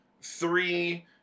three